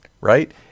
right